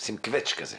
שעושים קווצ' כזה.